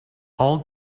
all